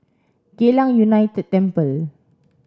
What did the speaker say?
Geylang United Temple